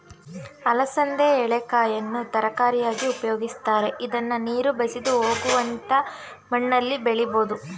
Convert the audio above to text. ಅಲಸಂದೆ ಎಳೆಕಾಯನ್ನು ತರಕಾರಿಯಾಗಿ ಉಪಯೋಗಿಸ್ತರೆ, ಇದ್ನ ನೀರು ಬಸಿದು ಹೋಗುವಂತ ಮಣ್ಣಲ್ಲಿ ಬೆಳಿಬೋದು